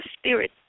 spirit